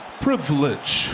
privilege